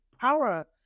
power